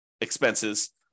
expenses